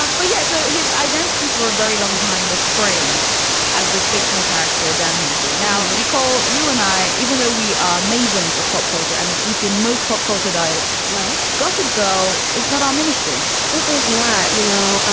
um but yeah so his identity for a very long time was framed as this fictional character, dan humphrey. now. nicole, you and i, even though we are mavens of pop culture and have eaten most pop culture diets. right. gossip girl is not our ministry it is not. you know,